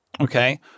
Okay